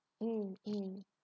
mm mm